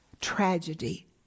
Tragedy